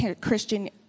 Christian